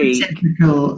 technical